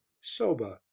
soba